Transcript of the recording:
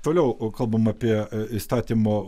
toliau kalbame apie įstatymo